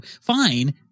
Fine